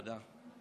תודה,